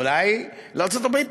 אולי לארצות-הברית